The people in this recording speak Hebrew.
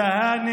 אתה יודע,